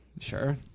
sure